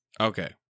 Okay